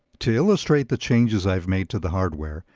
to illustrate the changes i've made to the hardware,